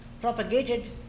propagated